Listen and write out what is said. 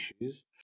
issues